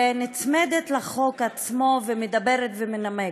ונצמדת לחוק עצמו ומדברת ומנמקת.